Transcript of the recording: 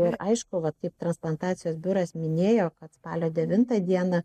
ir aišku vat kaip transplantacijos biuras minėjo kad spalio devintą dieną